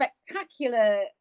spectacular